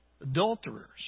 adulterers